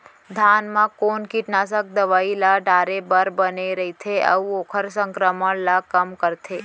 धान म कोन कीटनाशक दवई ल डाले बर बने रइथे, अऊ ओखर संक्रमण ल कम करथें?